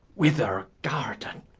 wither garden,